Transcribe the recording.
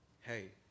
hey